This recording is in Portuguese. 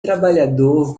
trabalhador